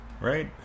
right